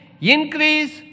increase